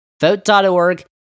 vote.org